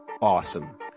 Awesome